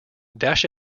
dash